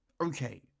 okay